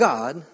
God